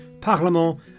Parlement